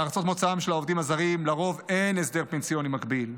בארצות מוצאם של העובדים הזרים לרוב אין הסדר פנסיוני מקביל.